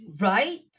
Right